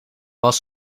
was